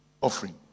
offering